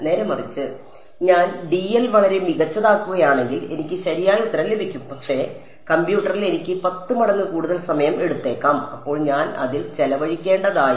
നേരെമറിച്ച് ഞാൻ dl വളരെ മികച്ചതാക്കുകയാണെങ്കിൽ എനിക്ക് ശരിയായ ഉത്തരം ലഭിക്കും പക്ഷേ കമ്പ്യൂട്ടറിൽ എനിക്ക് 10 മടങ്ങ് കൂടുതൽ സമയം എടുത്തേക്കാം അപ്പോൾ ഞാൻ അതിൽ ചെലവഴിക്കേണ്ടതായിരുന്നു